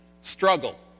Struggle